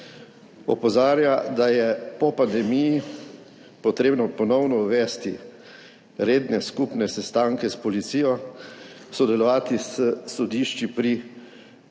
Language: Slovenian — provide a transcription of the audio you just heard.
Opozarja, da je po pandemiji potrebno ponovno uvesti redne skupne sestanke s policijo, sodelovati s sodišči pri razpisovanju